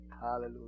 Hallelujah